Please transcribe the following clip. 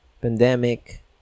pandemic